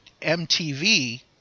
mtv